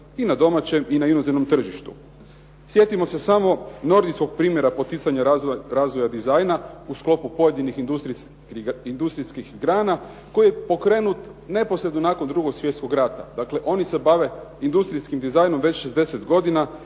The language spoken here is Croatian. i na domaće i na inozemnom tržištu. Sjetimo se samo nordijskog primjera poticanja razvoja dizajna u sklopu pojedinih industrijskih grana koji je pokrenut neposredno nakon II. Svjetskog rata, dakle, oni se bave industrijskim dizajnom već 60 godina